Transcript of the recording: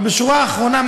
בשורה האחרונה,